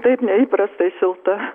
taip neįprastai šilta